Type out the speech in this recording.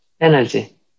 energy